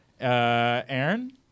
Aaron